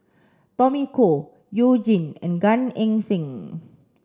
Tommy Koh You Jin and Gan Eng Seng